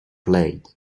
played